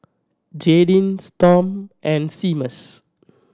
Jaydin Storm and Seamus